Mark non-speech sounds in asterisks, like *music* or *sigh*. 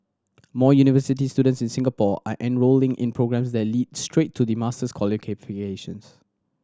more university students in Singapore are enrolling in programmes that lead straight to master's *unintelligible*